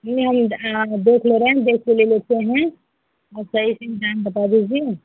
नहीं हम हाँ देख ले रहें है देख के ले लेते हैं आप सही से दाम बता दीजिए